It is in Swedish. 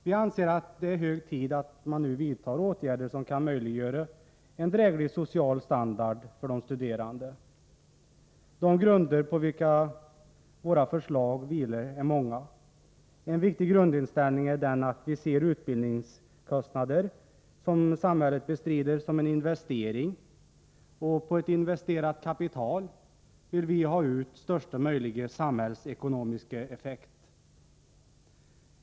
Vi anser att det hög tid att man nu vidtar åtgärder som kan möjliggöra en dräglig social standard för de studerande. De grunder på vilka våra förslag vilar är många. En viktig grundinställning är den att vi ser utbildningskostnader som samhället bestrider som en investering, och på ett investerat kapital vill vi ha ut största möjliga samhällsekonomiska effekt.